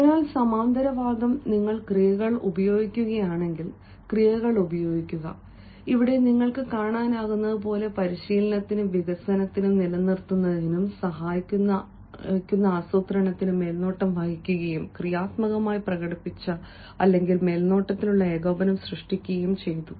അതിനാൽ സമാന്തരവാദം നിങ്ങൾ ക്രിയകൾ ഉപയോഗിക്കുകയാണെങ്കിൽ ക്രിയകൾ ഉപയോഗിക്കുക ഇവിടെ നിങ്ങൾക്ക് കാണാനാകുന്നതുപോലെ പരിശീലനത്തിനും വികസനത്തിനും നിലനിർത്തുന്നതിനും സഹായിക്കുന്ന ആസൂത്രണത്തിന് മേൽനോട്ടം വഹിക്കുകയും ക്രിയാത്മകമായി പ്രകടിപ്പിച്ച മേൽനോട്ടത്തിലുള്ള ഏകോപനം സൃഷ്ടിക്കുകയും ചെയ്തു